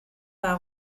war